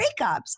breakups